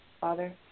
Father